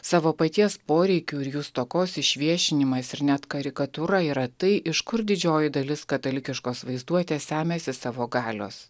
savo paties poreikių ir jų stokos išviešinimas ir net karikatūra yra tai iš kur didžioji dalis katalikiškos vaizduotės semiasi savo galios